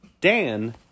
Dan